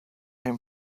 him